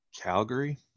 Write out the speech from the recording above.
Calgary